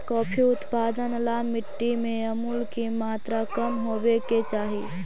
coffee उत्पादन ला मिट्टी में अमूल की मात्रा कम होवे के चाही